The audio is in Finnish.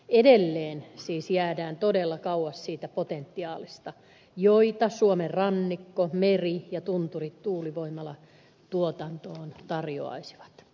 edelleen siis jäädään todella kauas siitä potentiaalista jota suomen rannikko meri ja tunturit tuulivoimalatuotantoon tarjoaisivat